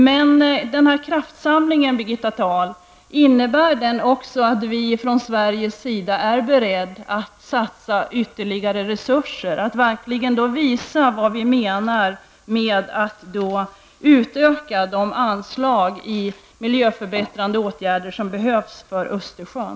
Men innebär kraftsamlingen också, Birgitta Dahl, att vi från Sveriges sida är beredda att satsa ytterligare resurser, att verkligen visa vad vi menar med att utöka de anslag till miljöförbättrande åtgärder som behövs för Östersjön?